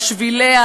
על שביליה,